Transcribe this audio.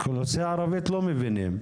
האוכלוסייה הערבית לא מבינה,